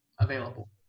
available